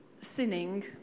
sinning